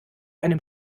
einem